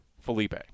felipe